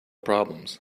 problems